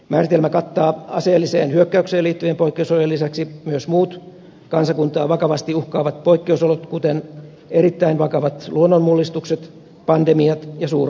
määritelmä kattaa aseelliseen hyökkäykseen liittyvien poikkeusolojen lisäksi myös muut kansakuntaa vakavasti uhkaavat poikkeusolot kuten erittäin vakavat luonnonmullistukset pandemiat ja suuronnettomuudet